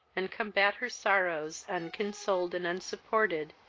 and combat her sorrows, unconsoled and unsupported,